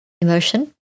emotion